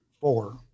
four